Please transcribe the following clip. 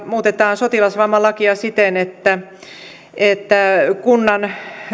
muutetaan sotilasvammalakia siten että että kunnan